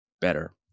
better